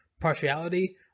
partiality